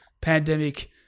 pandemic